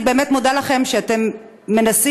אני באמת מודה לכם שאתם מנסים,